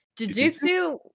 jujutsu